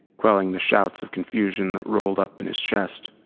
quelling the shouts of confusion that roiled up in his chest.